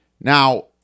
Now